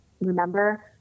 remember